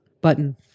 button